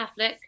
Affleck